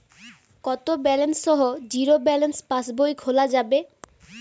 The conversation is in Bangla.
কত ব্যালেন্স সহ জিরো ব্যালেন্স পাসবই খোলা যাবে?